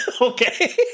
Okay